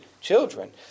children